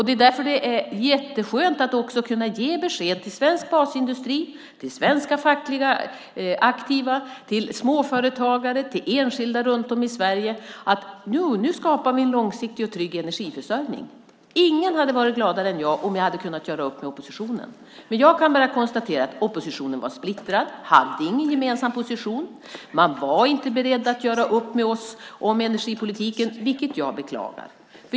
Det är därför jätteskönt att kunna ge besked till svensk basindustri, till svenska fackligt aktiva, till småföretagare, till enskilda runt om i Sverige att vi nu skapar en långsiktig och trygg energiförsörjning. Ingen hade varit gladare än jag om vi kunnat göra upp med oppositionen, men jag kan bara konstatera att oppositionen var splittrad, hade ingen gemensam position, var inte beredd att göra upp med oss om energipolitiken, vilket jag beklagar.